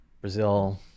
Brazil